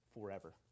forever